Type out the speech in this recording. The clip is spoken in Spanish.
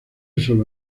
sólo